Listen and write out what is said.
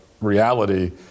reality